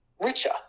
richer